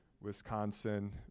Wisconsin